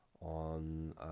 on